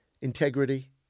Integrity